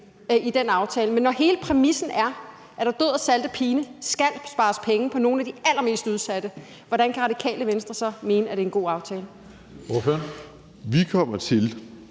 i den aftale, men når hele præmissen er, at der død og pine skal spares penge på nogle af de allermest udsatte, hvordan kan Radikale Venstre så mene, at det er en god aftale?